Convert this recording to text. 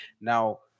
Now